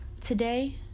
today